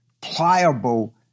pliable